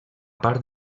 part